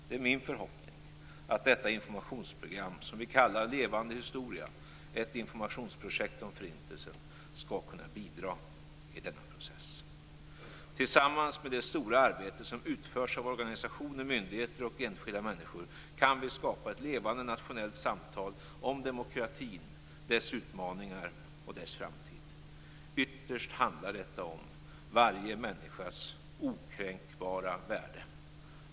Det är min förhoppning att detta informationsprogram - som vi kallar Levande historia - ett informationsprojekt om Förintelsen - skall kunna bidra i denna process. Tillsammans med det stora arbete som utförs av organisationer, myndigheter och enskilda människor kan vi skapa ett levande nationellt samtal om demokratin, dess utmaningar och dess framtid. Ytterst handlar detta om varje människas okränkbara värde.